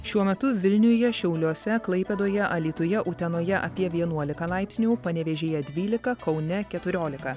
šiuo metu vilniuje šiauliuose klaipėdoje alytuje utenoje apie vienuolika laipsnių panevėžyje dvylika kaune keturiolika